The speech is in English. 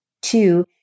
Two